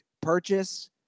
purchase